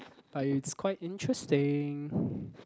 but it's quite interesting